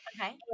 okay